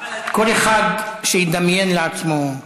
כל אחד, שידמיין לעצמו.